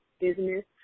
business